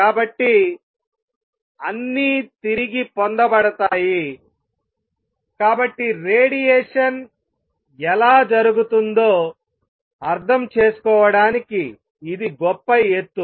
కాబట్టి అన్నీ తిరిగి పొందబడతాయికాబట్టి రేడియేషన్ ఎలా జరుగుతుందో అర్థం చేసుకోవడానికి ఇది గొప్ప ఎత్తు